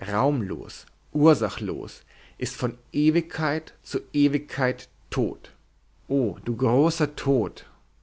raumlos ursachlos ist von ewigkeit zu ewigkeit tot o du großer tod